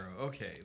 Okay